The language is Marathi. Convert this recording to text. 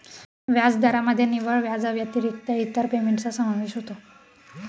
व्याजदरामध्ये निव्वळ व्याजाव्यतिरिक्त इतर पेमेंटचा समावेश होतो